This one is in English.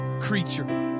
creature